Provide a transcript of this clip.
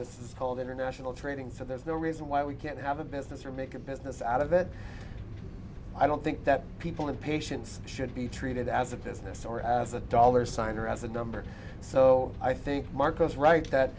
this is called international trading so there's no reason why we can't have a business or make a business out of it i don't think that people in patients should be treated as a business or as a dollar sign or as a number so i think mark is right that